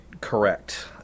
correct